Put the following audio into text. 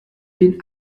den